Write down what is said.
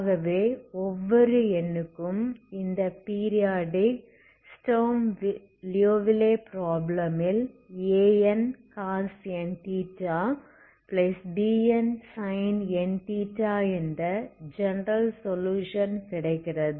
ஆகவே ஒவ்வொரு n க்கும் இந்த பீரியாடிக் ஸ்டர்ம் லியோவிலே ப்ராப்ளம் ல் Ancos nθ Bnsin nθ என்ற ஜெனரல் சொலுயுஷன் கிடைக்கிறது